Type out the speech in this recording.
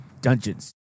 Dungeons